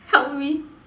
help me